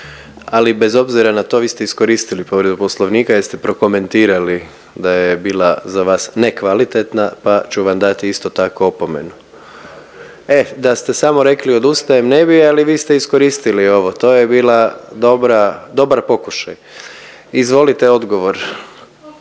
Ali bez obzira na to vi ste iskoristili povredu poslovnika jer ste prokomentirali da je bila za vas nekvalitetna pa ću vam dati isto tako opomenu. E da ste samo rekli odustajem ne bi, ali vi ste iskoristili ovo. To je bila dobra, dobar pokušaj. Izvolite odgovor.